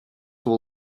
will